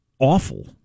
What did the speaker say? awful